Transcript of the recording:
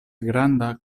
granda